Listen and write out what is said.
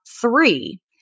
three